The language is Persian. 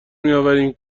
میآوریم